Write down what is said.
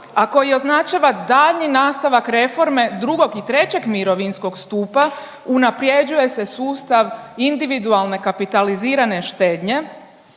a koji označava daljnji nastavak reforme 2. i 3. mirovinskog stupa, unaprjeđuje se sustav individualne kapitalizirane štednje